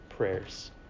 prayers